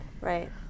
Right